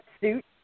suit